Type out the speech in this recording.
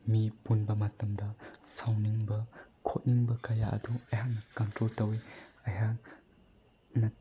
ꯃꯤ ꯄꯨꯟꯕ ꯃꯇꯝꯗ ꯁꯥꯎꯅꯤꯡꯕ ꯈꯣꯠꯅꯤꯡꯕ ꯀꯌꯥ ꯑꯗꯨ ꯑꯍꯥꯛꯅ ꯀꯟꯇ꯭ꯔꯣꯜ ꯇꯧꯏ ꯑꯩꯍꯥꯛꯅ